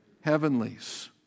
heavenlies